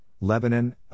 Lebanon